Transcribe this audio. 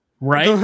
right